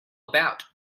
about